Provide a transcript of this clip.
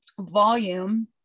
volume